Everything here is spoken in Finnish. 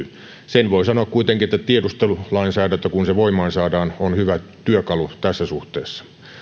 sen voin sanoa kuitenkin että tiedustelulainsäädäntö kun se voimaan saadaan on hyvä työkalu tässä suhteessa